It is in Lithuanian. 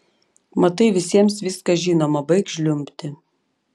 matai visiems viskas žinoma baik žliumbti